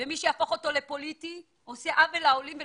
ומי שהופך אותו לפוליטי עושה עוול לעולים ולממתינים.